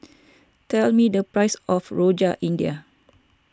tell me the price of Rojak India